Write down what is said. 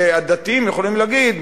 הדתיים יכולים להגיד,